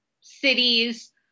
cities